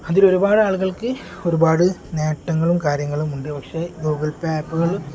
അതിൽ ഒരുപാട് ആളുകൾക്ക് ഒരുപാട് നേട്ടങ്ങളും കാര്യങ്ങളുമുണ്ട് പക്ഷെ ഗൂഗിൾ പേ ആപ്പുകൾ